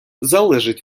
залежить